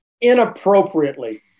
inappropriately